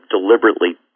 deliberately